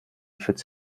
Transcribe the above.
pfütze